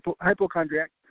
hypochondriac